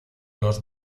los